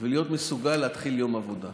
ולהיות מסוגל להתחיל יום עבודה?